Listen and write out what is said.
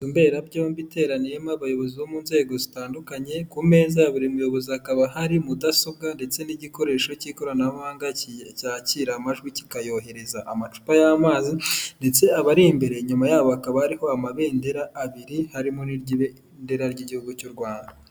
Imberabyombi iteraniyemo abayobozi bo mu nzego zitandukanye, ku meza ya buri muyobozi hakaba hari mudasobwa ndetse n'igikoresho cy'ikoranabuhanga cyakira amajwi kikayohereza. Amacupa y'amazi, ndetse abari imbere inyuma yabo hokaba hariho amabendera abiri harimo n'ibendera ry'igihugu cy'u Rwanda.